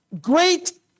great